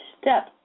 step